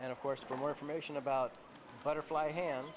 and of course for more information about butterfly hand